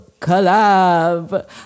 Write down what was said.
collab